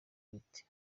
riti